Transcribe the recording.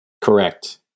Correct